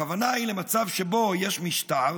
הכוונה היא למצב שבו יש משטר